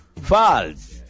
False